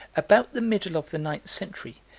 about the middle of the ninth century,